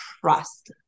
trust